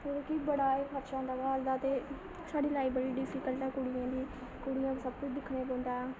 क्योंकि बड़ा ऐ खर्चा होंदा घर दा ते साढ़ी लाइफ बड़ी डिफिकल्ट ऐ कुड़ियें दी कुड़ियें दी सबकुछ दिक्खने पौंदा ऐ